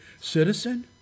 citizen